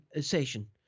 session